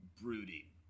broody